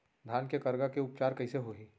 धान के करगा के उपचार कइसे होही?